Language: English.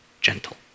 gentle